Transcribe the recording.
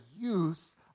use